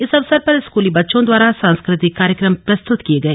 इस अवसर पर स्कूली बच्चों द्वारा सांस्कृतिक कार्यक्रमों प्रस्तृत किये गए